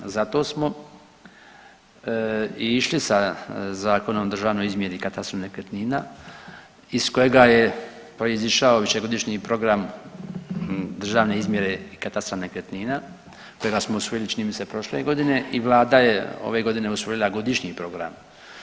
Zato smo i išli sa Zakonom o državnoj izmjeri i katastru nekretnina iz kojega je proizišao višegodišnji program državne izmjere i katastra nekretnina kojega smo usvojili čini mi se prošle godine i Vlada je ove godine usvojila godišnji program.